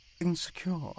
insecure